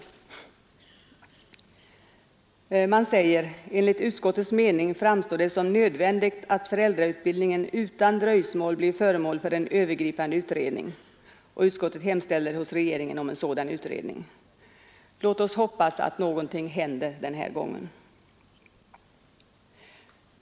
Utskottet skriver: ”Enligt utskottets mening framstår det som nödvändigt att föräldrautbildningen utan dröjsmål blir föremål för en övergripande utredning ———”, och utskottet hemställer hos regeringen om en sådan utredning. Låt oss hoppas att något verkligen händer den här gången!